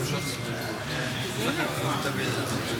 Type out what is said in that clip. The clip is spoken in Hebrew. לצורך הכנתה